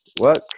work